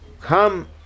come